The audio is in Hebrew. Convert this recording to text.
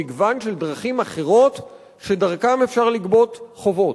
מגוון של דרכים אחרות שדרכן אפשר לגבות חובות.